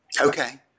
Okay